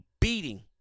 beating